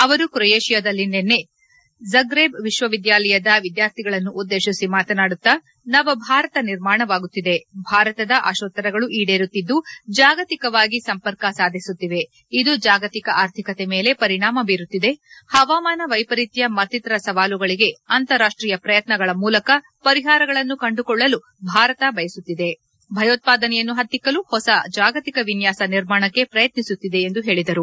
ಅವರು ಕ್ರೊಯೇಶಿಯಾದಲ್ಲಿ ನಿನ್ನೆ ಜಗ್ರೇಬ್ ವಿಶ್ವವಿದ್ಯಾಲಯದ ವಿದ್ಯಾರ್ಥಿಗಳನ್ನು ಉದ್ದೇಶಿಸಿ ಮಾತನಾಡುತ್ತಾ ನವಭಾರತ ನಿರ್ಮಾಣವಾಗುತ್ತಿದೆ ಭಾರತದ ಆಶೋತ್ತರಗಳು ಈಡೇರುತ್ತಿದ್ದು ಜಾಗತಿಕವಾಗಿ ಸಂಪರ್ಕ ಸಾಧಿಸುತ್ತಿವೆ ಇದು ಜಾಗತಿಕ ಆರ್ಥಿಕತೆ ಮೇಲೆ ಪರಿಣಾಮ ಬೀರುತ್ತಿದೆ ಹವಾಮಾನ ವೈಪರೀತ್ಯ ಮತ್ತಿತರ ಸವಾಲುಗಳಿಗೆ ಅಂತಾರಾಷ್ಟೀಯ ಪ್ರಯತ್ನಗಳ ಮೂಲಕ ಪರಿಹಾರಗಳನ್ನು ಕಂಡುಕೊಳ್ಳಲು ಭಾರತೆ ಬಯಸುತ್ತಿದೆ ಭಯೋತ್ಪಾದನೆಯನ್ನು ಹತ್ತಿಕ್ಕಲು ಹೊಸ ಜಾಗತಿಕ ವಿನ್ಯಾಸ ನಿರ್ಮಾಣಕ್ಕೆ ಪ್ರಯತ್ತಿಸುತ್ತಿದೆ ಎಂದು ಹೇಳಿದರು